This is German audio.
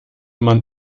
man